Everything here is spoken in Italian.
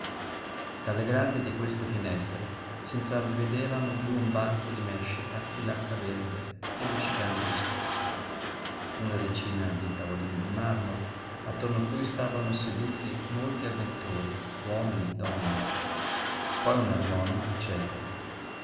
dalle grate di queste finestre s'intravedevano giú un banco di méscita di lacca verde e luccicante di specchi una diecina di tavolini di marmo attorno a cui stavano seduti molti avventori uomini donne poi un armonium ecc